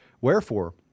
Wherefore